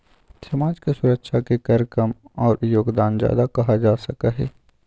समाज के सुरक्षा के कर कम और योगदान ज्यादा कहा जा सका हई